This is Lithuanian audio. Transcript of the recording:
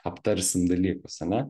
aptarsim dalykus ane